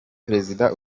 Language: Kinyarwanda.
perezida